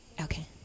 Okay